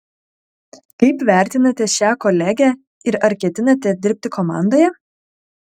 kaip vertinate šią kolegę ir ar ketinate dirbti komandoje